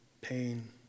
pain